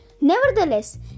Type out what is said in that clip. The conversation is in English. Nevertheless